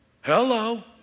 Hello